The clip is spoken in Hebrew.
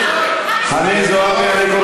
חנין, גם את פעם